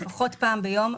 לפחות פעם ביום,